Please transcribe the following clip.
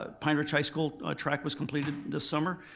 ah pine ridge high school track was completed this summer.